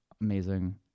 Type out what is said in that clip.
Amazing